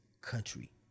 country